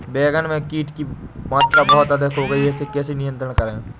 बैगन में कीट की मात्रा बहुत अधिक हो गई है इसे नियंत्रण कैसे करें?